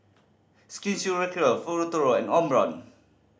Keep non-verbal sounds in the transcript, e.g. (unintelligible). Skin (unintelligible) Futuro and Omron